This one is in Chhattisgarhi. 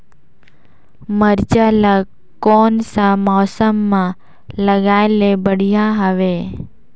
मिरचा ला कोन सा मौसम मां लगाय ले बढ़िया हवे